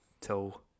till